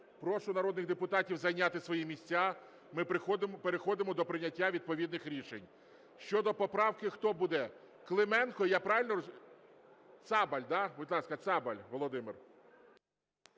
Прошу народних депутатів зайняти свої місця. Ми переходимо до прийняття відповідних рішень. Щодо поправки хто буде? Клименко, я правильно розумію? Цабаль, да? Будь ласка, Цабаль Володимир.